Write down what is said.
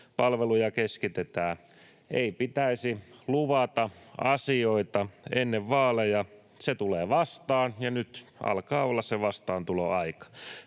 palveluja keskitetään. Ei pitäisi luvata asioita ennen vaaleja, se tulee vastaan. Ja nyt alkaa olla se vastaantuloaika.